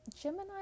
Gemini